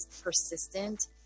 persistent